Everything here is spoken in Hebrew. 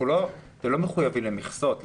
אתם לא מחויבים למכסות.